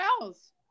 else